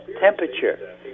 temperature